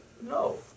no